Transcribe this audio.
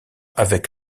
avec